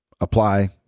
apply